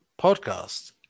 podcast